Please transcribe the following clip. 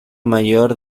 mayor